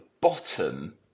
bottom